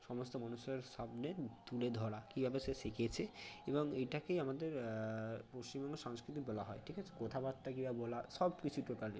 সমস্ত মনুষের সামনে তুলে ধরা কীভাবে সে শিখেছে এবং এটাকেই আমাদের পশ্চিমবঙ্গে সংস্কৃতি বলা হয় ঠিক আছে কথাবার্তা কীভাবে বলা সব কিছু টোটালি